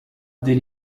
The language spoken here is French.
dès